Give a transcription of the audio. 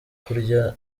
kurya